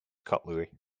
cutlery